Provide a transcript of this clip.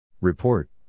Report